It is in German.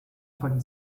von